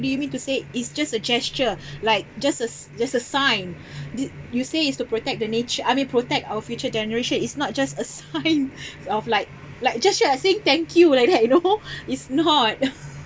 do you mean to say it's just a gesture like just as just a sign did you say is to protect the natu~ I mean protect our future generation it's not just a sign of like like gestures are saying thank you like that you know it's not